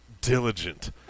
diligent